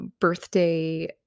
birthday